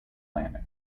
planet